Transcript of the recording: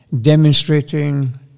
demonstrating